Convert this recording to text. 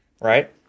right